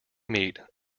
meet